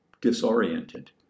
disoriented